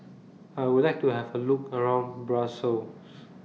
I Would like to Have A Look around Brussels